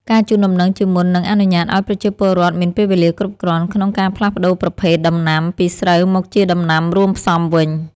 ការជូនដំណឹងជាមុននឹងអនុញ្ញាតឱ្យប្រជាពលរដ្ឋមានពេលវេលាគ្រប់គ្រាន់ក្នុងការផ្លាស់ប្តូរប្រភេទដំណាំពីស្រូវមកជាដំណាំរួមផ្សំវិញ។